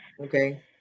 okay